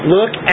Look